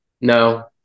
No